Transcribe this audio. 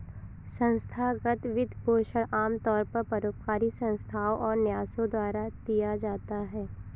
संस्थागत वित्तपोषण आमतौर पर परोपकारी संस्थाओ और न्यासों द्वारा दिया जाता है